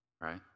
right